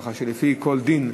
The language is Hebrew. ככה שלפי כל דין,